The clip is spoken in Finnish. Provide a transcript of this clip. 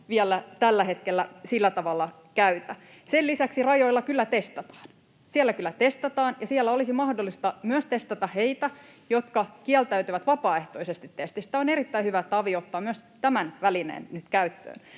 vielä tällä hetkellä sillä tavalla käytä. Sen lisäksi rajoilla kyllä testataan. Siellä kyllä testataan ja siellä olisi mahdollista myös testata heitä, jotka kieltäytyvät vapaaehtoisesta testistä. On erittäin hyvä, että avi ottaa nyt myös tämän välineen käyttöön.